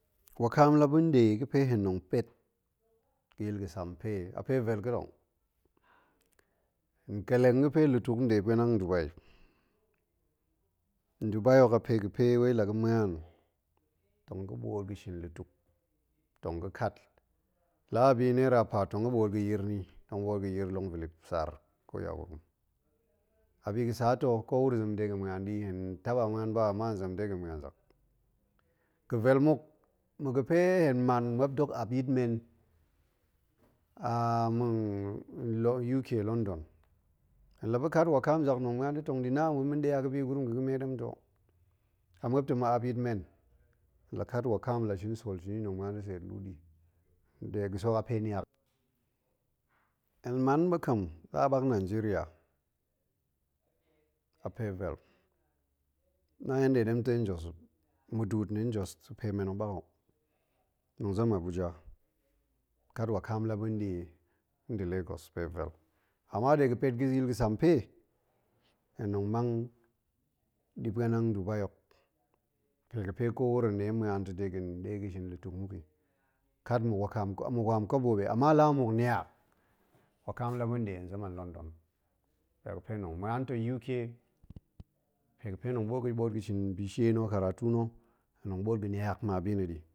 Wakam la ba̱n ɗe ga̱ fe hen tong pet ga̱ yil ga̱sampe, a pe vel ka̱a̱t o. hen ƙeleng ga̱ fe lutuk nɗe pa̱anang ndubai. ndubai hok wai a pe ga̱ fe la ga̱ na̱an tong ga̱ ɓoot ga̱ shin lutuk, tong ga̱ kat. la bi naira paat tong ga̱ ɓoot ga̱ yir ni tong ɓoot ga̱ yir long vilip sar, ko yagurum. abi ga̱ sa to ko wuro zem de ga̱n ma̱an ni, hen taba ma̱an ba ama hen zem de ga̱n ma̱an zak. ga̱ vel muk, ma̱ ga̱ fe hen man muop dok ap yit men a ma̱n uk, london. hen la ba̱ kat wakam zak tong ma̱an da̱ tong ɗi na ma̱n, ma̱n ɗe a gurum ga̱ ga̱me ɗem ta̱ o, a muop ta̱ ma̱ ap yit men, la kat wakam, la shin sool shini, tong ma̱an da̱ set luu ɗi, pe ga̱ sek a pe niak. hen man ba ka̱m la ɓak nigeria a pe vel, na hen ɗe ɗemtei njos o. muduut nda̱ njos pe men hok ɓak ho. tong zem abuja kat wakam la ba̱n nɗe nda̱ lagos, pe vel. ama de ga̱n pet ga̱ yil ga̱sampe, hen tong mang ɗi pa̱anang ndubai hok pe ga̱ fe kowuro ɗe ma̱an ni de ga̱n ɗe ga̱ shin lutuk muk i kat ma̱ wakam, ma̱ wam kobo ɓe ama la muk niak wakam la ba̱n nɗe hen zem a london, pe ga̱ fe tong ma̱an to uk, pe ga̱ fe tong ḇoot ga̱ ɓoot shin bishie na̱, karatu na̱, tong ɓoot ga̱ niak ma bi na̱ ɗi.